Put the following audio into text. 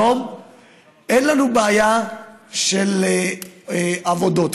היום אין לנו בעיה של עבודות,